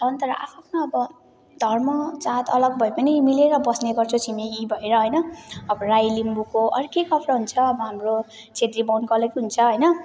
छन् तर आफ्आफ्ना अब धर्म जात अलग भए पनि मिलेर बस्ने गर्छौँ छिमेकी भएर होइन अब राई लिम्बूको अर्कै कपडा हुन्छ अब हाम्रो छेत्री बाहुनको अलग्गै हुन्छ होइन